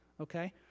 okay